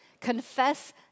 confess